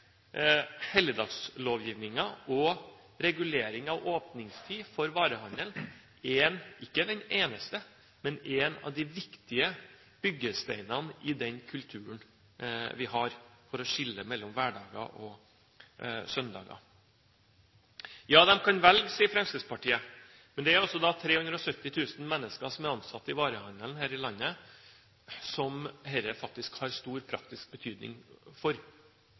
og regulering av åpningstid for varehandelen ikke den eneste, men én av de viktige byggesteinene i den kulturen vi har for å skille mellom hverdager og søndager. Man kan velge, sier Fremskrittspartiet. Men det er 370 000 mennesker som er ansatt i varehandelen her i landet, og som dette har stor praktisk betydning for